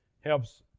helps